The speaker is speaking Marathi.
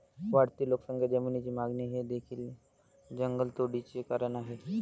वाढती लोकसंख्या, जमिनीची मागणी हे देखील जंगलतोडीचे कारण आहे